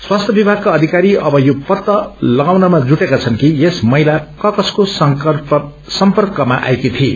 स्वास्थ्य विभागका अधिकारी अब यो पत्तो तगाउनमा जुटेका छन् कि यस महिला क कसको सम्पर्कमा आएकी थिई